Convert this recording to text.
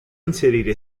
inserire